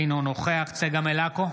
אינו נוכח צגה מלקו,